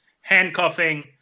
handcuffing